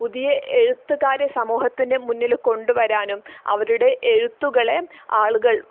പുതിയ എഴുത്തുകാരെ സമൂഹത്തിൻ്റെ മുന്നിൽ കൊണ്ട് വരാനും അവരുടെ എഴുത്തുകളെ ആളുകൾ